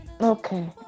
okay